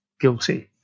guilty